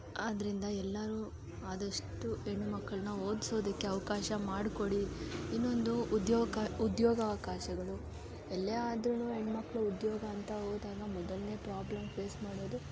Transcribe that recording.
ಆದ್ದರಿಂದ ಎಲ್ಲರು ಆದಷ್ಟು ಹೆಣ್ಣು ಮಕ್ಕಳನ್ನ ಓದ್ಸೋದಕ್ಕೆ ಅವಕಾಶ ಮಾಡಿಕೊಡಿ ಇನ್ನೊಂದು ಉದ್ಯೋಗ ಉದ್ಯೋಗಾವಕಾಶಗಳು ಎಲ್ಲಿಯೇ ಆದ್ರೂ ಹೆಣ್ಣು ಮಕ್ಕಳು ಉದ್ಯೋಗ ಅಂತ ಹೋದಾಗ ಮೊದಲನೇ ಪ್ರಾಬ್ಲಮ್ ಫೇಸ್ ಮಾಡೋದು